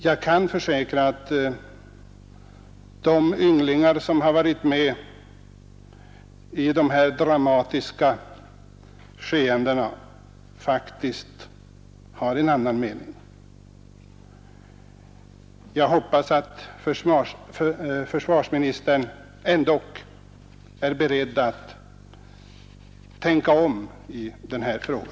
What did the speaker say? Jag kan försäkra att de ynglingar som varit med i dessa dramatiska skeenden faktiskt har en annan mening, och jag hoppas att försvarsministern ändock är beredd att tänka om i denna fråga.